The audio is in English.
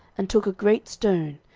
and took a great stone,